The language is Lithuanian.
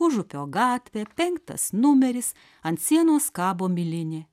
užupio gatvė penktas numeris ant sienos kabo milinė